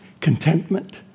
contentment